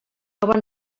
van